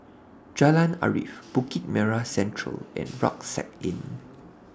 Jalan Arif Bukit Merah Central and Rucksack Inn